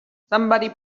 somebody